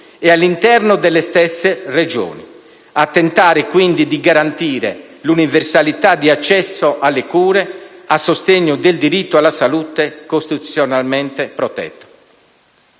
e all'interno delle stesse e tentare, quindi, di garantire l'universalità di accesso alle cure, a sostegno del diritto alla salute costituzionalmente protetto.